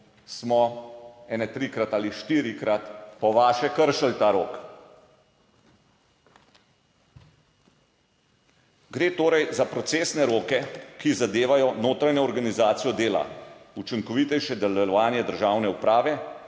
smo ene trikrat ali štirikrat po vaše kršili ta rok! Gre torej za procesne roke, ki zadevajo notranjo organizacijo dela, učinkovitejše delovanje državne uprave,